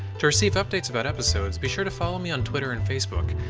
to receive updates about episodes, be sure to follow me on twitter and facebook.